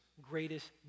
greatest